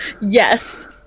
Yes